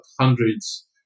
hundreds